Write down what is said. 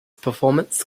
performance